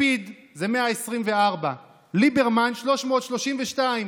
לפיד, זה 124, ליברמן, 332,